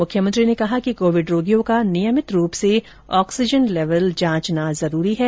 मुख्यमंत्री ने कहा कि कोविड रोगियों का नियमित रूप से ऑक्सीजन लेवल जांचना जरूरी है